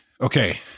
Okay